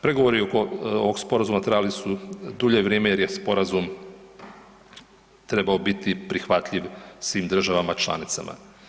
Pregovori oko ovog sporazuma trajali su dulje vrijeme jer je sporazum trebao biti prihvatljiv svim državama članicama.